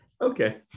Okay